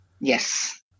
Yes